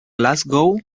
glasgow